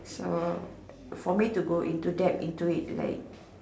so for me to go into depth into it like